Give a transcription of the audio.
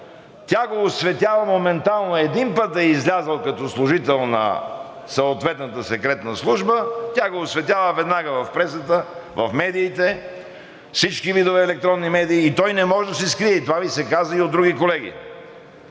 тя го осветява моментално. Един път да е излязъл като служител на съответната секретна служба, тя го осветява веднага в пресата, в медиите, всички видове електронни медии, и той не може да се скрие. И това Ви се каза и от други колеги.